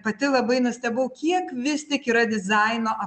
pati labai nustebau kiek vis tik yra dizaino